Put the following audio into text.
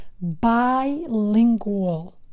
bilingual